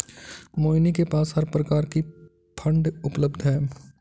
मोहिनी के पास हर प्रकार की फ़ंड उपलब्ध है